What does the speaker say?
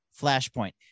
flashpoint